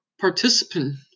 participant –